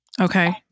Okay